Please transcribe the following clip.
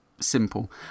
simple